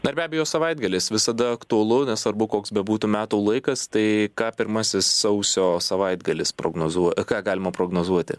dar be abejo savaitgalis visada aktualu nesvarbu koks bebūtų metų laikas tai ką pirmasis sausio savaitgalis prognozuo ką galima prognozuoti